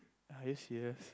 are you serious